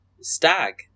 Stag